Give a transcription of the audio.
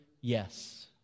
yes